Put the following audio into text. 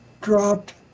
dropped